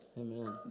Amen